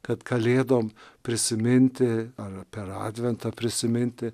kad kalėdom prisiminti ar per adventą prisiminti